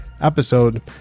episode